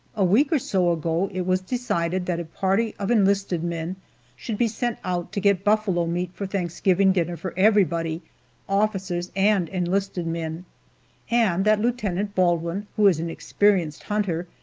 a week or so ago it was decided that a party of enlisted men should be sent out to get buffalo meat for thanksgiving dinner for everybody officers and enlisted men and that lieutenant baldwin, who is an experienced hunter,